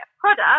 product